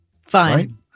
Fine